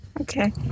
Okay